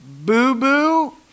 boo-boo